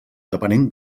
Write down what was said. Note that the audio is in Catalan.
depenent